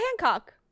Hancock